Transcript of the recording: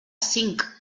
cinc